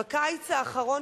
בקיץ האחרון,